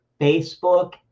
Facebook